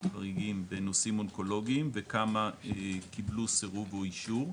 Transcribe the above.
חריגים בנושאים אונקולוגיים וכמה קיבלו סירוב או אישור,